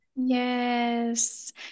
Yes